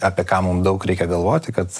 apie ką mum daug reikia galvoti kad